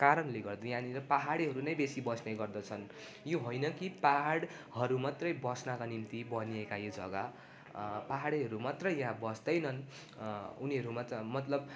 कारणले गर्दा यहाँनिर पाहाडेहरू नै धेरै बस्ने गर्दछन् यो होइन कि पाहाडहरू मात्रै बस्नका निम्ति बनिएका यो जग्गा पाहाडेहरू मात्रै यहाँ बस्दैनन् उनीहरू मात्रै मतलब